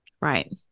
Right